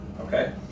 okay